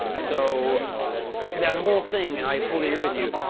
so that whole thing, i fully agree with you,